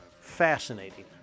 fascinating